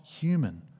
human